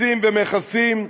מסים ומכסים,